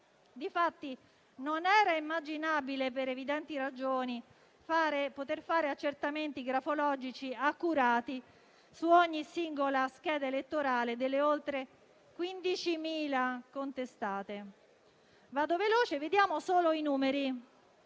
Non era immaginabile infatti per evidenti ragioni poter fare accertamenti grafologici accurati su ogni singola scheda elettorale delle oltre 15.000 contestate. Proseguendo velocemente, vediamo solo i numeri,